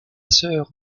sœur